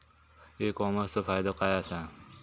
E कॉमर्सचो फायदो काय असा?